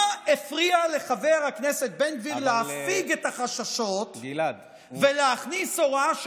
מה הפריע לחבר הכנסת בן גביר להפיג את החששות ולהכניס הוראה,